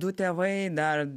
du tėvai dar